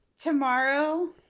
Tomorrow